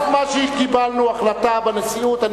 על אף מה שקיבלנו כהחלטה בנשיאות,